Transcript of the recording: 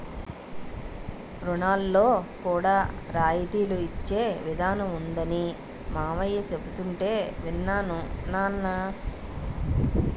రుణాల్లో కూడా రాయితీలు ఇచ్చే ఇదానం ఉందనీ మావయ్య చెబుతుంటే యిన్నాను నాన్నా